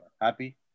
Happy